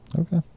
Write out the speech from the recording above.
Okay